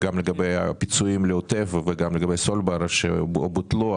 גם לגבי הפיצויים לעוטף וגם לגבי סולבר שבוטלו.